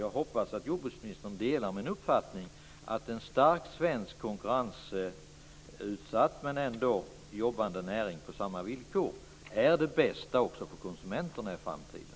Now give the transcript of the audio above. Jag hoppas att jordbruksministern delar min uppfattning att en stark svensk konkurrensutsatt näring som jobbar på samma villkor som andra är det bästa också för konsumenterna i framtiden.